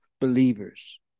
believers